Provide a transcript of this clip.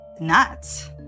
nuts